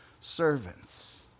servants